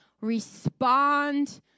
respond